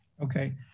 Okay